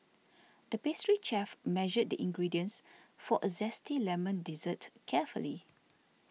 the pastry chef measured the ingredients for a Zesty Lemon Dessert carefully